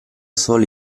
solo